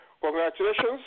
congratulations